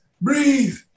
breathe